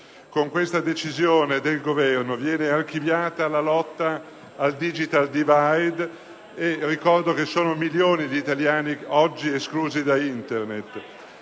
Con questa decisione del Governo viene archiviata la lotta al *digital divide* (ricordo che sono milioni gli italiani oggi esclusi da Internet)